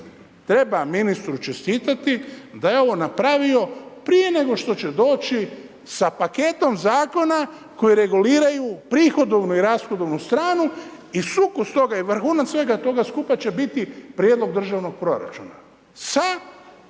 treba ministru čestitati da je ovo napravio prije nego što će doći sa paketom zakona koji reguliraju prihodovnu i rashodovnu stranu i sukus toga i vrhunac svega toga skupa će biti prijedlog državnog proračuna